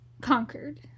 conquered